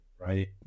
right